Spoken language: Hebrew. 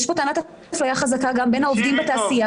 יש טענת אפליה חזקה בין העובדים בתעשייה